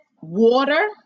water